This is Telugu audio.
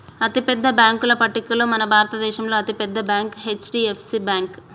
అతిపెద్ద బ్యేంకుల పట్టికలో మన భారతదేశంలో అతి పెద్ద బ్యాంక్ హెచ్.డి.ఎఫ్.సి బ్యేంకు